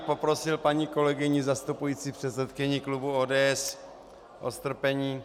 Poprosil bych paní kolegyni, zastupující předsedkyni klubu ODS, o strpení.